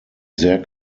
sehr